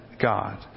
God